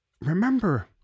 remember